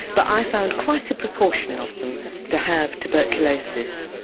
but i found quite a proportion of them to have tuberculosis.